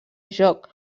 joc